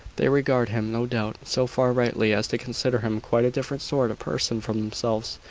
they regard him, no doubt, so far rightly as to consider him quite a different sort of person from themselves,